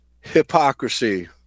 hypocrisy